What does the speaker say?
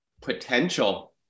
potential